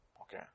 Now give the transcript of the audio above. Okay